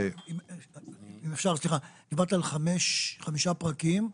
דיברת על חמישה פרקים.